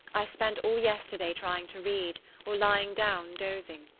i spent all yesterday trying to read, or lying down dozing.